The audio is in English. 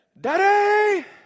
Daddy